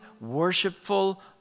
worshipful